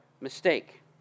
mistake